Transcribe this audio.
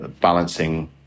balancing